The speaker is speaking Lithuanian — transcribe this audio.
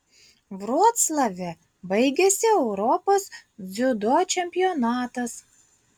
vroclave baigėsi europos dziudo čempionatas